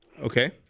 Okay